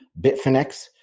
Bitfinex